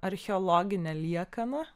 archeologinę liekaną